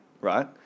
right